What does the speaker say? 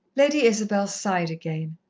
lady isabel sighed again,